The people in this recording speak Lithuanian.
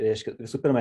reiškia visų pirma